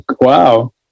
Wow